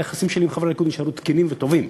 היחסים שלי עם חברי הליכוד נשארו תקינים וטובים.